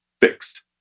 fixed